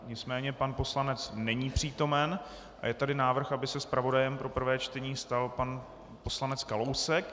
Nicméně pan poslanec není přítomen a je tady návrh, aby se zpravodajem pro prvé čtení stal pan poslanec Kalousek.